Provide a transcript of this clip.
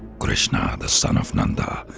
krishna, the son of nanda,